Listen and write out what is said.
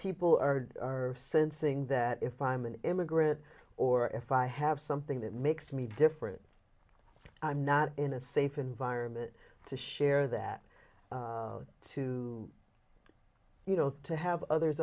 people are sensing that if i'm an immigrant or if i have something that makes me different i'm not in a safe environment to share that to you know to have others